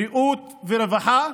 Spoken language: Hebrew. בריאות ורווחה,